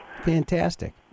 fantastic